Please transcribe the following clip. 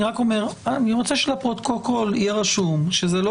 אני רוצה שבפרוטוקול יהיה רשום שזה לא